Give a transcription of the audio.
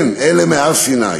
כן, אלה מהר-סיני.